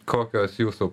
kokios jūsų